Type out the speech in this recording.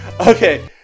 Okay